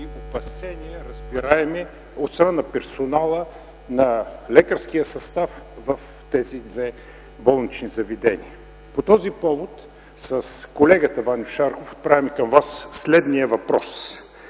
опасения от страна на персонала, на лекарския състав в тези две болнични заведения. По този повод с колегата Ваньо Шарков отправяме към Вас следният въпрос: